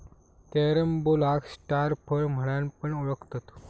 कॅरम्बोलाक स्टार फळ म्हणान पण ओळखतत